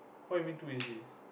what you mean too easy